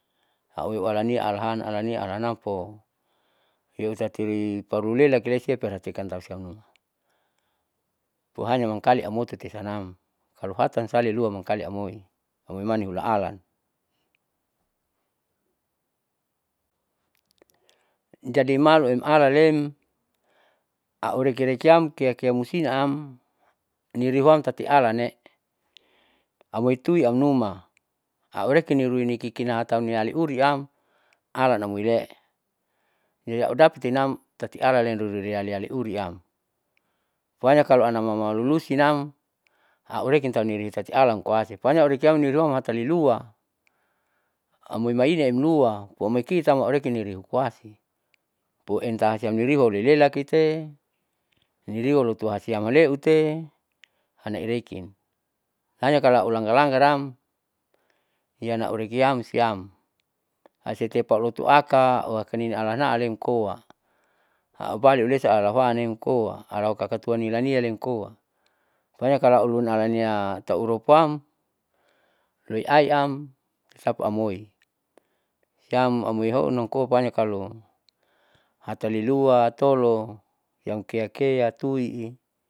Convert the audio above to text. Aueualania alahan alania alahanpo eutatiri parulelakiasia peratikan tausiam numa pohanya mangkali amototesanam kalo hatansalilua mangkali amoi, amoimani hula alan jadi malu emalalem au rekirekiam keakea musinam niriuhan tati alananne'e amoitui aunuma aurekini niruikikinahatauni aliuriam alan namaile'e jadi au dapatinam tati alaleruiruilialeuriam pohanya kalo anamamalusinam aurekintaune tati alankoasi, pohanya aurekiam niruam matalilua amoi maineemlua pomaikitam aurekinirihukoasi poentah siam niriuanirelakite niriualotohasiam maleute anaireki. hanya kalo ulanggar langar am iyana aurekiam siam asetiap aulotu aka oakaninialana alenkoa, aupaliaulesa alahuanem koa alau kakatua nilanialenkoa ponia kalo ulunalania tauropuam loiaiam sapuamoi siam amoi hounkoa pohanya kalo hatalilua tolo siam keakea tui'i.